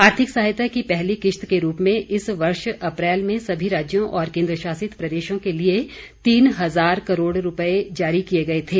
आर्थिक सहायता की पहली किस्त के रूप में इस वर्ष अप्रैल में सभी राज्यों और केन्द्रशासित प्रदेशों के लिए तीन हजार करोड़ रूपये जारी किये थे